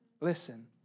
listen